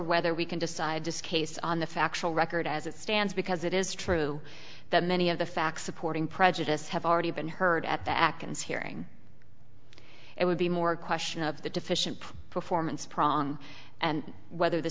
whether we can decide to scase on the factual record as it stands because it is true that many of the facts supporting prejudice have already been heard at back and hearing it would be more a question of the deficient performance problem and whether the